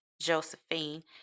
Josephine